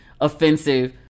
offensive